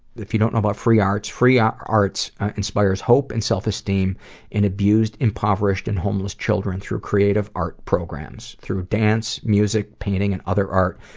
if you don't know about free arts, free ah arts inspires hope and self esteem in abused, impoverished, and homeless children through creative art programs. through dance, music, painting, and other art,